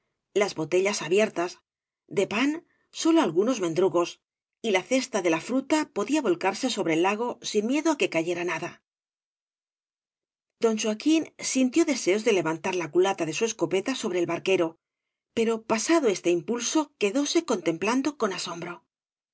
las botellas abiertas de pan sólo algunos mecdrugog y la cesta de la fruta pedía volcarse sobre el iago sin nsiedo á que cayera nada don joaquín sintió deseos da levantar la culata do su escopeta sobre el barquero pero pagado este impulso quedóse contemplándolo con asombro